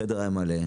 החדר היה מלא,